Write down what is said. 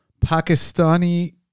Pakistani